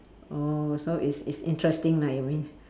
oh so it's it's interesting lah you mean